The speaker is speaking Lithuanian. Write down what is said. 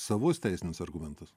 savus teisinius argumentus